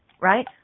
right